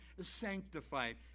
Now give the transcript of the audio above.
sanctified